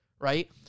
Right